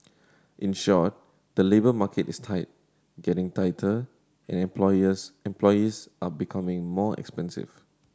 in short the labour market is tight getting tighter and employers employees are becoming more expensive